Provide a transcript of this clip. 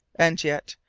and yet,